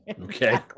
okay